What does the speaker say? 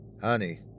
Honey